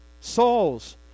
Souls